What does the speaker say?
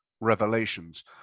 revelations